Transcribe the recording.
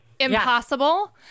Impossible